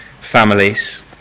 families